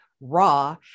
raw